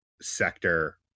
sector